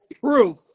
proof